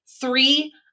Three